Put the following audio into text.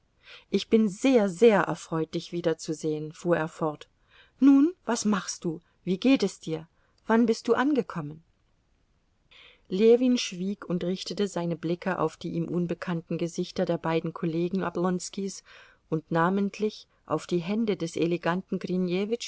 ich bin sehr sehr erfreut dich wiederzusehen fuhr er fort nun was machst du wie geht es dir wann bist du angekommen ljewin schwieg und richtete seine blicke auf die ihm unbekannten gesichter der beiden kollegen oblonskis und namentlich auf die hände des eleganten